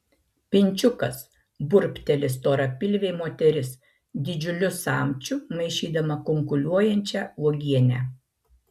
pinčiukas burbteli storapilvė moteris didžiuliu samčiu maišydama kunkuliuojančią uogienę